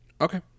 Okay